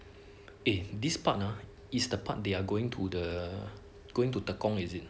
eh this part ah is the part they are going to the going to tekong is it